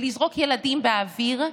ולזרוק ילדים באוויר,